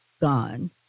gone